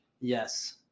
Yes